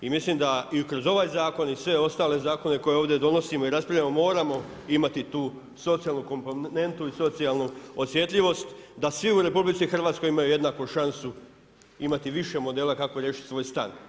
I mislim da i kroz ovaj zakon i sve ostale zakone koje ovdje donosimo i raspravljamo moramo imati tu socijalnu komponentu i socijalnu osjetljivost da svi u Republici Hrvatskoj imaju jednaku šansu imati više modela kako riješiti svoj stan.